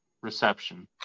reception